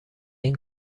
این